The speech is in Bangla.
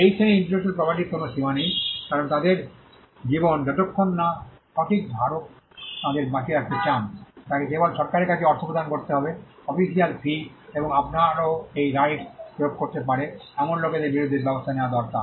এই শ্রেণীর ইন্টেলেকচুয়াল প্রপার্টির কোনও সীমা নেই কারণ তাদের জীবন যতক্ষণ না সঠিক ধারক তাদের বাঁচিয়ে রাখতে চান তাকে কেবল সরকারের কাছে অর্থ প্রদান করতে হবে অফিশিয়াল ফি এবং আপনারও এই রাইটস প্রয়োগ করতে পারে এমন লোকদের বিরুদ্ধে ব্যবস্থা নেওয়া দরকার